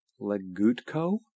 Legutko